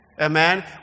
Amen